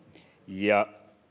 ja